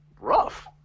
rough